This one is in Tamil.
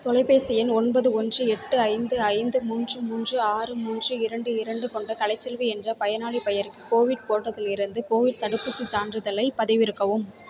தொலைபேசி எண் ஒன்பது ஒன்று எட்டு ஐந்து ஐந்து மூன்று மூன்று ஆறு மூன்று இரண்டு இரண்டு கொண்ட கலைச்செல்வி என்ற பயனாளிப் பெயருக்கு கோவிட் போர்ட்டத்துலிருந்து கோவிட் தடுப்பூசிச் சான்றிதழைப் பதிவிறக்கவும்